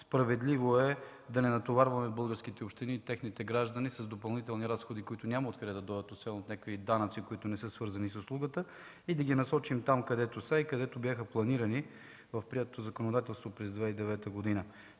Справедливо е да не натоварваме българските общини и техните граждани с допълнителни разходи, които няма откъде да дойдат, освен от някакви данъци, които не са свързани с услугата, и да ги насочим там, където са и където бяха планирани в приетото законодателство преди 2009 г.